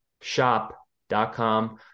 shop.com